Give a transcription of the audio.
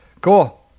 Cool